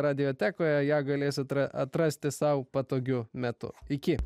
radiotekoje ją galėsite atrasti sau patogiu metu iki